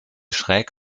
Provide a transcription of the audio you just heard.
schräg